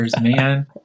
man